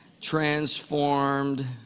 transformed